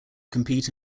compete